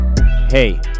Hey